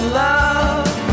love